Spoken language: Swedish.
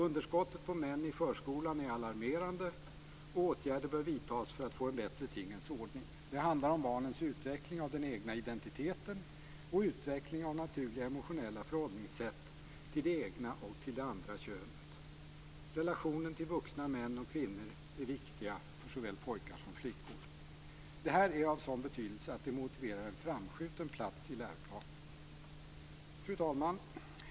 Underskottet på män i förskolan är alarmerande, och åtgärder bör vidtas för att få en bättre tingens ordning. Det handlar om barnens utveckling av den egna identiteten och utveckling av naturliga emotionella förhållningssätt till det egna och det andra könet. Relationer till vuxna män och kvinnor är viktiga för såväl pojkar som flickor. Detta är av sådan betydelse att det motiverar en framskjuten plats i läroplanen. Fru talman!